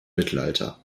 mittelalter